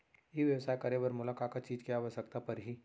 ई व्यवसाय करे बर मोला का का चीज के आवश्यकता परही?